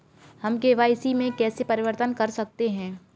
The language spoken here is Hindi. हम के.वाई.सी में कैसे परिवर्तन कर सकते हैं?